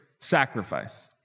sacrifice